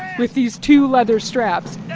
with these two leather straps